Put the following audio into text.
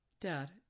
Dad